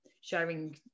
sharing